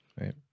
Right